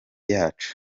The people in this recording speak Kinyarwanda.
yacu